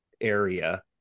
area